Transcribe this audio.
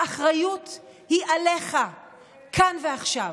האחריות היא עליך כאן ועכשיו.